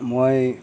মই